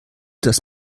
das